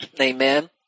Amen